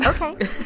Okay